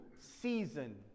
season